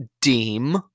deem